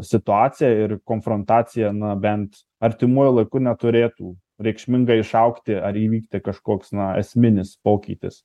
situacija ir konfrontacija na bent artimuoju laiku neturėtų reikšmingai išaugti ar įvykti kažkoks na esminis pokytis